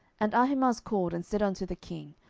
and ahimaaz called, and said unto the king,